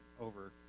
over